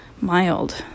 mild